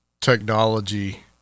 technology